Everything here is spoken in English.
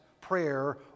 prayer